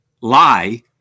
lie